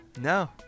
No